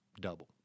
double